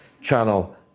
channel